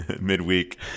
midweek